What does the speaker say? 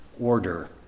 order